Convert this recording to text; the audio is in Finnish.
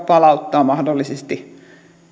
palauttaa mahdollisesti